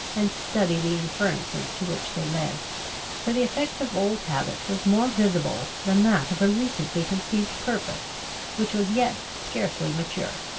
and study the inferences to which they led for the effect of old habit was more visible than that of a recently conceived purpose which was yet scarcely mature.